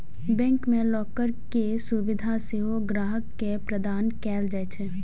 bank मे locker के सुविधा सेहो ग्राहक के प्रदान कैल जाइ छै